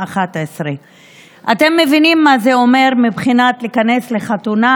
23:00. אתם מבינים מה זה אומר מבחינת להיכנס לחתונה